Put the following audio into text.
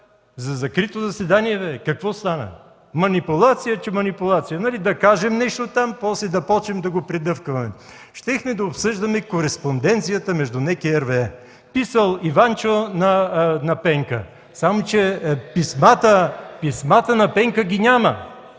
за закрито заседание?! Какво стана?! Манипулация, че манипулация. Да кажем нещо там, после да почнем да го предъвкваме. Щяхме да обсъждаме кореспонденцията между НЕК и RWE. Писал Иванчо на Пенка, само че писмата на Пенка ги няма.